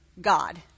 god